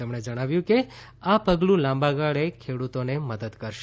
તેમણે જણાવ્યું કે આ પગલું લાંબા ગાળે ખેડૂતોને મદદ કરશે